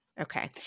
Okay